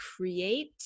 create